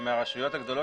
ומהרשויות הגדולות,